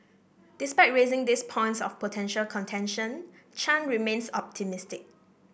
despite raising these points of potential contention Chan remains optimistic